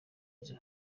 nzu